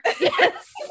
Yes